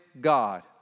God